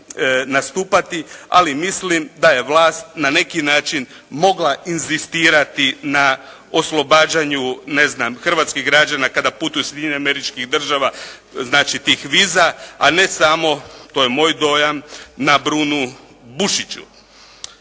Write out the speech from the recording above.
ali mislim da je vlast na neki način mogla inzistirati na oslobađanju ne znam hrvatskih građana kada putuju u Sjedinjene Američke Države, znači tih viza, a ne samo to je moj dojam, na Brunu Bušiću.